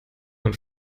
man